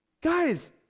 guys